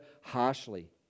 harshly